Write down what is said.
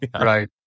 right